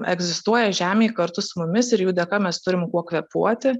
egzistuoja žemėj kartu su mumis ir jų dėka mes turim kuo kvėpuoti